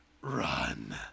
run